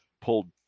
pulled